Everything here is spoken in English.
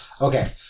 Okay